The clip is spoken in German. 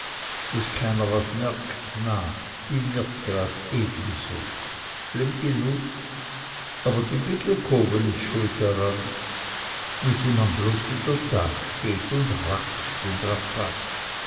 daß keiner was merkt na die wird grad ebenso schlimm genug aber die pittelkown is schuld dran wie sie man bloß wieder da steht und rackscht und